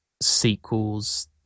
sequels